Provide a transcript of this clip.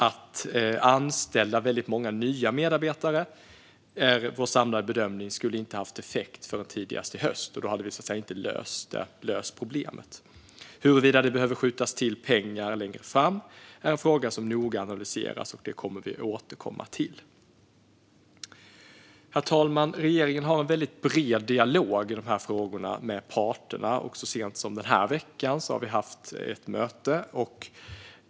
Att anställa många nya medarbetare skulle enligt vår samlade bedömning inte ha haft effekt förrän tidigast i höst, och det hade ju inte löst problemet. Huruvida det behöver skjutas till pengar längre fram är en fråga som noga analyseras och som vi kommer att återkomma till. Herr talman! Regeringen har en bred dialog i de här frågorna med parterna. Så sent som i den här veckan har vi haft ett möte.